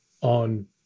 on